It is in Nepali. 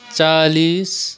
चालिस